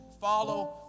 follow